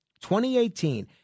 2018